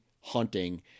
hunting